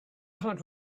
heart